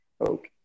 Okay